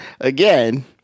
again